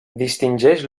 distingeix